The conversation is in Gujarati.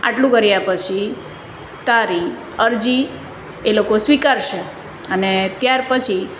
આટલું કર્યા પછી તારી અરજી એ લોકો સ્વીકારશે અને ત્યારપછી